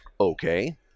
Okay